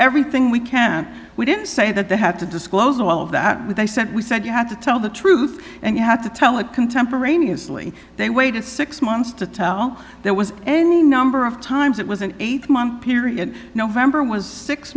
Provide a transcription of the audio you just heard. everything we can we didn't say that they had to disclose all of that when they said we said you had to tell the truth and you had to tell it contemporaneously they waited six months to tell there was any number of times it was an eight month period november was six